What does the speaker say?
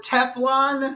Teflon